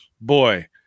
Boy